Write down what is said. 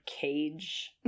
cage